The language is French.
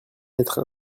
d’être